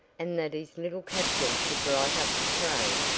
and that his little captain should write up the parade.